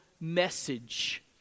message